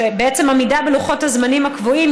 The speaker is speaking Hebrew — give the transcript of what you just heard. בעצם עמידה בלוחות הזמנים הקבועים,